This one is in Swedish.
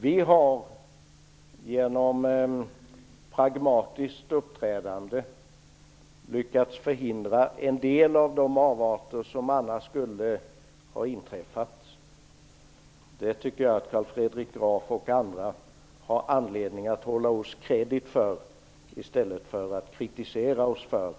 Vi har genom pragmatiskt uppträdande lyckats förhindra en del av de avarter som annars skulle ha inträffat. Jag tycker att Carl Fredrik Graf och andra skulle ha anledning att ge oss ett erkännande för det i stället för att kritisera oss för det.